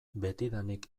betidanik